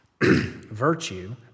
virtue